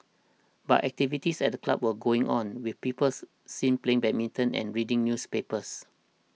but activities at the club were going on with peoples seen playing badminton and reading newspapers